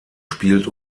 spielt